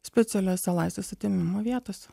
specialiose laisvės atėmimo vietose